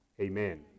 Amen